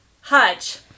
Hutch